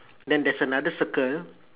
then there's another circle